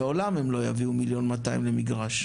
לעולם הם לא יביאו 1.2 מיליון למגרש.